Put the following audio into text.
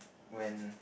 when